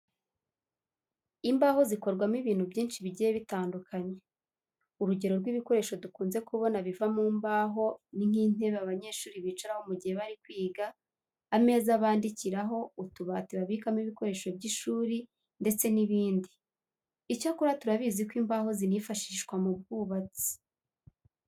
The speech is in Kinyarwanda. Imbaho zikorwamo ibintu byinshi bigiye bitandukanye. Urugero rw'ibikoresho dukunze kubona biva mu mbaho ni nk'intebe abanyeshuri bicaraho mu gihe bari kwiga, ameza bandikiraho, utubati babikamo ibikoresho by'ishuri, ndetse n'ibindi. Icyakora turabizi ko imbaho zinifashishwa mu bwubatsi.